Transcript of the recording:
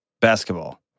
basketball